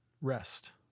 Rest